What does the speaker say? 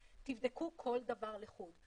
תבדקו כל דבר לחוד.